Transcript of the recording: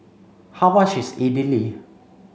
how much is Idili